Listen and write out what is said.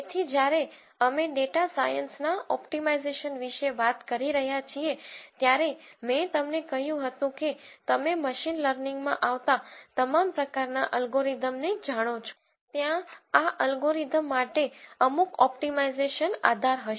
તેથી જ્યારે અમે ડેટા સાયન્સના ઓપ્ટિમાઇઝેશન વિશે વાત કરી રહ્યા છીએ ત્યારે મેં તમને કહ્યું હતું કે તમે મશીન લર્નિંગમાં આવતા તમામ પ્રકારના અલ્ગોરિધમને જાણો છો ત્યાં આ અલ્ગોરિધમ માટે અમુક ઓપ્ટિમાઇઝેશન આધાર હશે